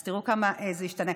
אז תראו כמה זה השתנה.